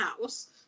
house